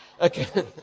Okay